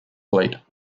fleet